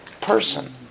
person